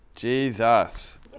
Jesus